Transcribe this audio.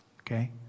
okay